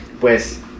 pues